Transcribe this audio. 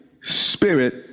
Spirit